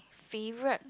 favourite